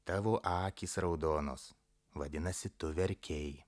tavo akys raudonos vadinasi tu verkei